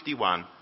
51